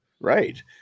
Right